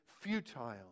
futile